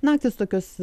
naktys tokios